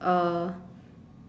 uh